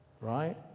right